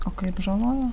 o kaip žalojo